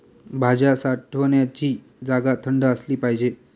भाज्या साठवण्याची जागा थंड असली पाहिजे